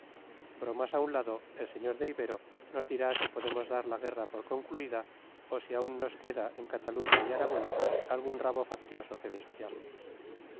bromas a un lado el sr de ibero nos dirá si podemos dar la guerra por concluida o si aún nos queda en cataluña y aragón algún rabo faccioso que desollar